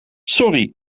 sorry